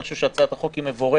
אני חושב שהצעת החוק מבורכת,